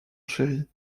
chéri